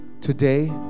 today